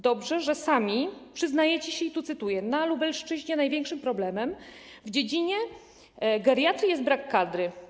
Dobrze, że sami się przyznajecie, tu cytuję: na Lubelszczyźnie największym problemem w dziedzinie geriatrii jest brak kadry.